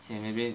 现在那边